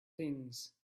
things